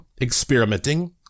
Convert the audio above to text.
experimenting